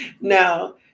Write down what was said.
Now